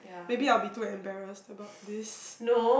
maybe I will be too embarrassed about this